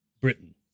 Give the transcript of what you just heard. Britain